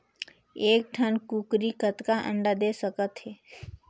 एक ठन कूकरी कतका अंडा दे सकथे?